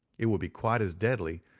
it would be quite as deadly,